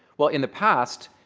well, in the past,